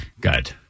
good